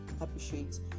appreciate